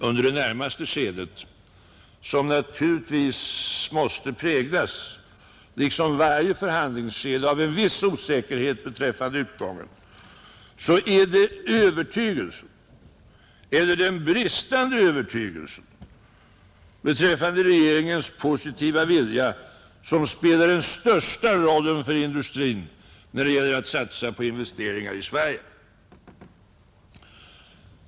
Under det närmaste skedet, som naturligtvis måste präglas, liksom varje förhandlingsskede, av en viss osäkerhet beträffande utgången, är det övertygelsen eller den bristande övertygelsen beträffande regeringens positiva vilja som spelar den största rollen för industrin när det gäller att satsa på investeringar i Sverige.